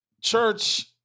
Church